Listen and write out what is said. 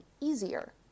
easier